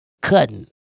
cutting